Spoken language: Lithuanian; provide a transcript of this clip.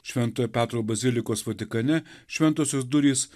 šventojo petro bazilikos vatikane šventosios durys